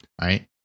right